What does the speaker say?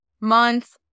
months